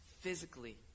physically